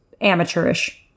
amateurish